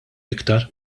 iktar